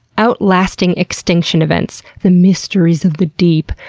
outlasting extinction events, the mysteries of the deep,